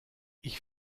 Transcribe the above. ich